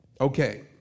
Okay